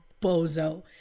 bozo